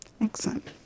Excellent